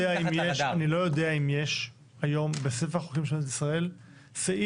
אני לא יודע אם יש היום בספר החוקים של מדינת ישראל סעיף